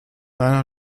einer